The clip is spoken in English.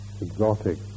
exotic